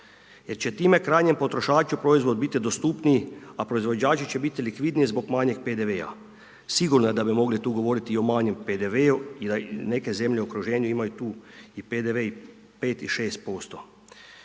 biti dostupniji, a proizvod biti dostupniji, a proizvođači će biti likvidniji zbog manjih PDV-a. sigurno da bi mogli tu govoriti i o manjem PDV-u i da neke zemlje u okruženju imaju tu i PDV i 5 i 6%.